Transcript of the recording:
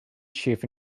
chief